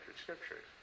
scriptures